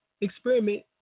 experiment